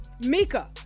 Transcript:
Mika